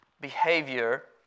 behavior